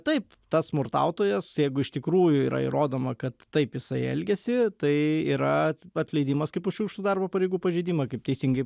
taip tas smurtautojas jeigu iš tikrųjų yra įrodoma kad taip jisai elgiasi tai yra atleidimas kaip už šiurkštų darbo pareigų pažeidimą kaip teisingai